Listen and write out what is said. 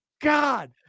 God